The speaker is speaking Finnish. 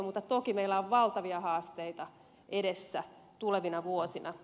mutta toki meillä on valtavia haasteita edessä tulevina vuosina